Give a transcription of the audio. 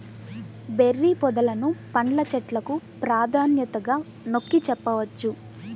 berry పొదలను పండ్ల చెట్లకు ప్రాధాన్యతగా నొక్కి చెప్పవచ్చు